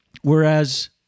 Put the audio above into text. Whereas